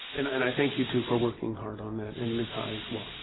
and and i thank you, too, for working hard on that and miss high as well.